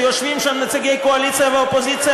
שיושבים שם נציגי הקואליציה והאופוזיציה